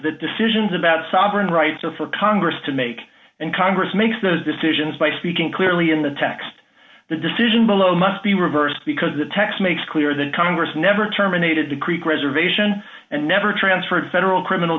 that decisions about sovereign rights are for congress to make and congress makes those decisions by speaking clearly in the text the decision below must be reversed because the text makes clear that congress never terminated the creek reservation and never transferred federal criminal